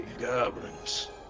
goblins